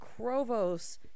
Krovos